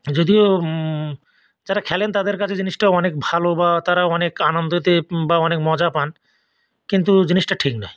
যদিও যারা খেলেন তাদের কাছে জিনিসটা অনেক ভালো বা তারা অনেক আনন্দতে বা অনেক মজা পান কিন্তু জিনিসটা ঠিক নয়